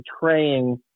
betraying